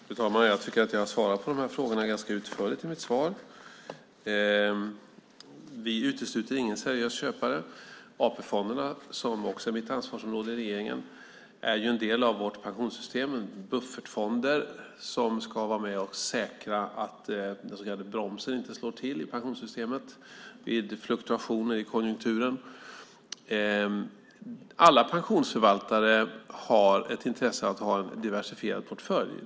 Fru talman! Jag tycker att jag har svarat utförligt på frågorna. Vi utesluter ingen seriös köpare. AP-fonderna, som också är mitt ansvarsområde i regeringen, är en del av vårt pensionssystem. De är buffertfonder som ska vara med och säkra att den så kallade bromsen inte slår till i pensionssystemet vid fluktuationer i konjunkturen. Alla pensionsförvaltare har ett intresse av att ha en diversifierad portfölj.